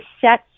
set